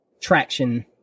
traction